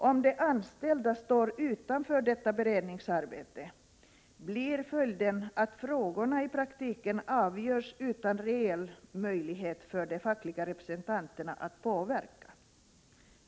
Om de anställda står utanför detta beredningsarbete, blir följden att frågorna i praktiken avgörs utan reell möjlighet för de fackliga representanterna att påverka.